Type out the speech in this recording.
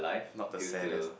not the saddest